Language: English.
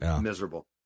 Miserable